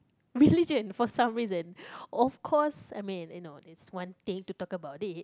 religion for some reason of cause I mean you know it's one thing to talk about it